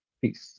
Peace